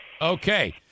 Okay